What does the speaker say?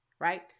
right